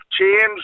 change